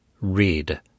read